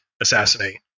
Assassinate